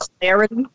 clarity